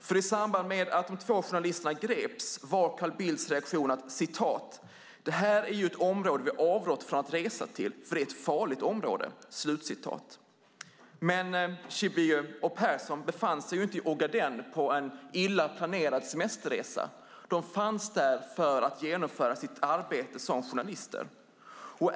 I samband med att de två journalisterna greps var Bildts reaktion: "Det här är ju ett område vi har avrått från att resa till, för det är ett farligt område." Schibbye och Persson befann sig dock inte i Ogaden på en illa planerad semesterresa, utan de var där för att genomföra sitt arbete som journalister.